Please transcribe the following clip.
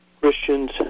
Christians